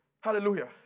Hallelujah